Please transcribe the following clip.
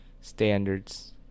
standards